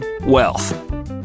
wealth